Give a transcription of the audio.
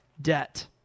debt